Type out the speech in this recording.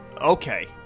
Okay